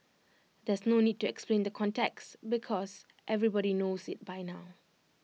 there's no need to explain the context because everybody knows IT by now